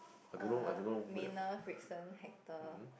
err Manners Frickson Hector